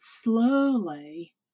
slowly